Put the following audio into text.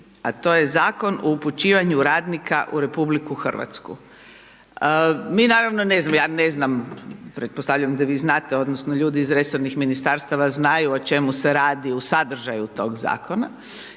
a to je Zakon o upućivanju radnika u RH. Mi naravno ne znamo, ja ne znam, pretpostavljam da vi znate odnosno ljudi iz resornih ministarstava znaju o čemu se radi u sadržaju tog zakona,